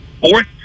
fourth